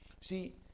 See